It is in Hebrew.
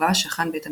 ובה שכן בית המקדש,